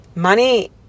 Money